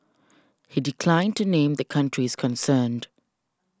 he declined to name the countries concerned